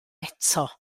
eto